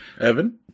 Evan